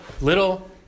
little